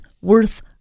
worth